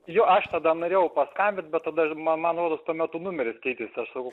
jo aš tada norėjau paskambint bet tada man man rodos tuo metu numeris keitėsi aš sakau